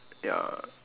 ya